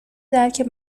درک